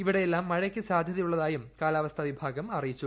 ഇവിടെയെല്ലാം മഴയ്ക്ക് സാധ്യതയുള്ളതായും കാലാവസ്ഥാ വിഭാഗം അറിയിച്ചു